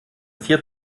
vier